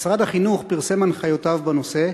משרד החינוך פרסם את הנחיותיו בנושא,